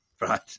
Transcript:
right